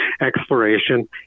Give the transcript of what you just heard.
exploration